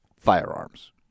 firearms